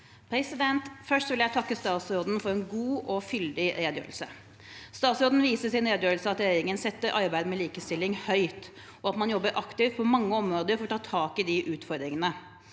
Først vil jeg takke statsråden for en god og fyldig redegjørelse. Statsråden viser i sin redegjørelse at regjeringen setter arbeidet med likestilling høyt, og at man jobber aktivt på mange områder for å ta tak i de utfordringene